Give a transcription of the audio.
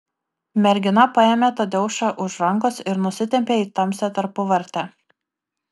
mergina paėmė tadeušą už rankos ir nusitempė į tamsią tarpuvartę